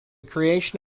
creation